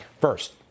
First